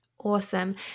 awesome